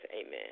Amen